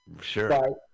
Sure